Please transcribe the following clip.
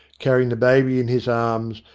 carrying the baby in his arms,